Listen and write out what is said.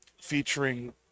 featuring